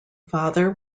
father